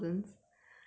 mm